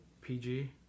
PG